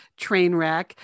Trainwreck